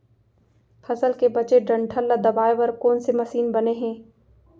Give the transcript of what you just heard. फसल के बचे डंठल ल दबाये बर कोन से मशीन बने हे?